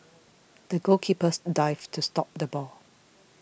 the goalkeeper dived to stop the ball